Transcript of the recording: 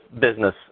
business